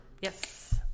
Yes